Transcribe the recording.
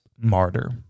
martyr